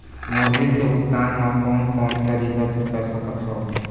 मोर ऋण के भुगतान म कोन कोन तरीका से कर सकत हव?